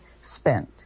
spent